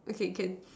okay can